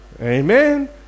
Amen